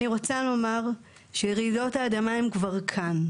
אני רוצה לומר שרעידות האדמה הן כבר כאן.